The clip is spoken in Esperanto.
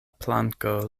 planko